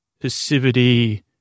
passivity